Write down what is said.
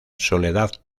soledad